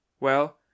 Well